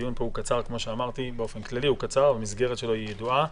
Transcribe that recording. הדיון פה קצר, כפי שאמרתי, המסגרת שלו ידועה.